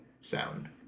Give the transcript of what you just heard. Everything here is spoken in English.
sound